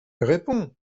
réponds